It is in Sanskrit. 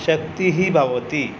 शक्तिः भवति